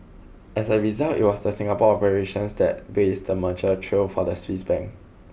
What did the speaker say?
as a result it was the Singapore operations that blazed the merger trail for the Swiss bank